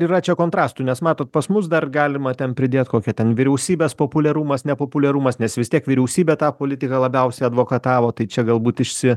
yra čia kontrastų nes matot pas mus dar galima ten pridėt kokia ten vyriausybės populiarumas nepopuliarumas nes vis tiek vyriausybė tą politiką labiausiai advokatavo tai čia galbūt išsi